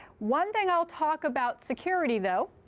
one thing i'll talk about security, though,